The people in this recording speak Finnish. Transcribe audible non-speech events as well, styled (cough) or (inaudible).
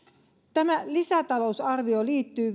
tämä lisätalousarvio liittyy (unintelligible)